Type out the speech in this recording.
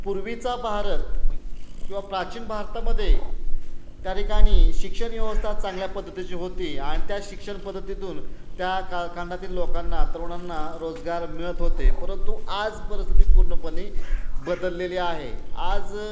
पूर्वीचा भारत किंवा प्राचीन भारतामध्ये त्या ठिकाणी शिक्षण व्यवस्था चांगल्या पद्धतीची होती आणि त्या शिक्षण पद्धतीतून त्या कालखंडातील लोकांना तरुणांना रोजगार मिळत होते परंतु आज परिस्थिती पूर्णपणे बदललेली आहे आज